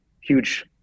huge